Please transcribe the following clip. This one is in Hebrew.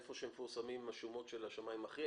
איפה שמפורסמות השומות של השמאים האחרים,